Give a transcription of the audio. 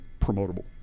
promotable